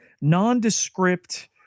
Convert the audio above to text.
nondescript